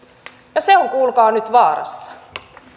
ja se on kuulkaa nyt vaarassa